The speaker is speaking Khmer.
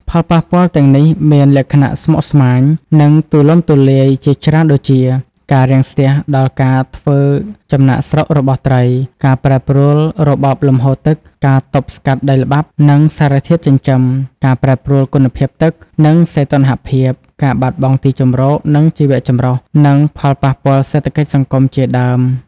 ផលប៉ះពាល់ទាំងនេះមានលក្ខណៈស្មុគស្មាញ និងទូលំទូលាយជាច្រើនដូចជា ការរាំងស្ទះដល់ការធ្វើចំណាកស្រុករបស់ត្រី ការប្រែប្រួលរបបលំហូរទឹក ការទប់ស្កាត់ដីល្បាប់ និងសារធាតុចិញ្ចឹម ការប្រែប្រួលគុណភាពទឹក និងសីតុណ្ហភាព ការបាត់បង់ទីជម្រក និងជីវៈចម្រុះ និងផលប៉ះពាល់សេដ្ឋកិច្ចសង្គមជាដើម។